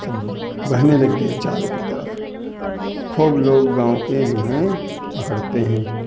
सब बहने लगती हैं चारों पे तरफ़ तब खूब लोग गाँव के जो हैं पकड़ते हैं